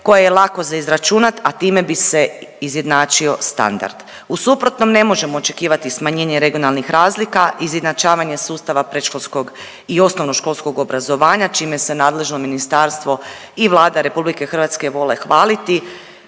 koje je lako za izračunat, a time bi se izjednačio standard. U suprotnom ne možemo očekivati smanjenje regionalnih razlika i izjednačavanje sustava predškolskog i osnovnoškolskog obrazovanja čime se nadležno ministarstvo i Vlada RH vole hvaliti,